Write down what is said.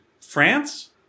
France